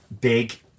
big